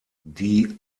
die